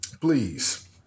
please